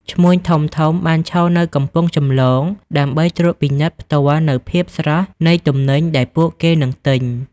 ឈ្មួញធំៗ បានឈរនៅកំពង់ចម្លងដើម្បីត្រួតពិនិត្យផ្ទាល់នូវភាពស្រស់នៃទំនិញដែលពួកគេនឹងទិញ។